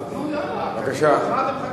תחזיר את ציפי, להחזיר אותה שתהיה שרת החוץ.